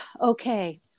okay